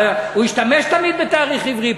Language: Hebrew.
הוא השתמש תמיד בתאריך עברי.